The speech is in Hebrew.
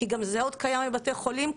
כי גם זה עוד קיים בבתי חולים,